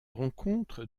rencontre